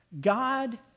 God